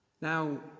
Now